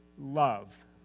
love